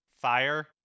Fire